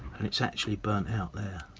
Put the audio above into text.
and it's actually burnt out there.